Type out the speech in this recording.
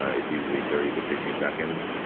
ah it's usually thirty to sixty seconds.